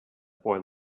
boy